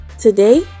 Today